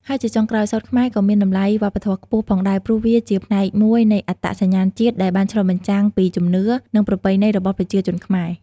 ហើយជាចុងក្រោយ សូត្រខ្មែរក៏មាន តម្លៃវប្បធម៌ខ្ពស់ ផងដែរ ព្រោះវាជាផ្នែកមួយនៃអត្តសញ្ញាណជាតិដែលបានឆ្លុះបញ្ចាំងពីជំនឿ និងប្រពៃណីរបស់ប្រជាជនខ្មែរ។